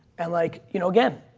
and like, you know, again,